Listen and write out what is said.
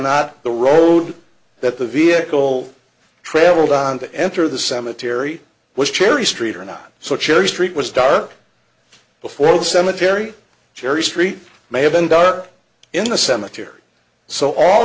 not the road that the vehicle travelled on to enter the cemetery was cherry street or not so cherry street was dark before the cemetery cherry street may have been dark in a cemetery so all